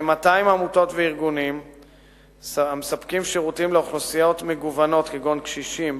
כ-200 עמותות וארגונים המספקים שירותים לאוכלוסיית מגוונות כגון קשישים,